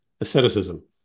asceticism